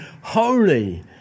holy